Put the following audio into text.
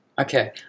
Okay